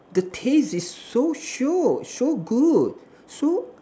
the taste is so shiok so good so